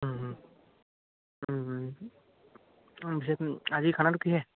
পিছে আজি খানাটো কিহেৰে